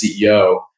CEO